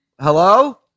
Hello